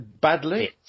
Badly